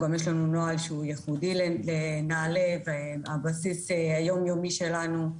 יש לנו נוהל ייחודי לנעל"ה ועל בסיס יום-יומי שלנו,